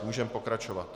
Můžeme pokračovat.